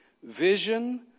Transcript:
Vision